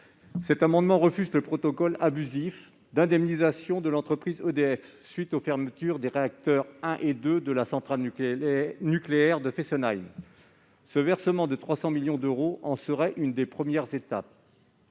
s'agit de refuser le protocole abusif d'indemnisation de l'entreprise EDF à la suite des fermetures des réacteurs 1 et 2 de la centrale nucléaire de Fessenheim. Un versement de 300 millions d'euros en serait l'une des premières étapes.